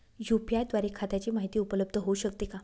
UPI द्वारे खात्याची माहिती उपलब्ध होऊ शकते का?